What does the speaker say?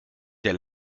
der